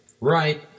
right